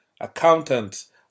Accountants